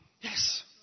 yes